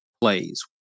plays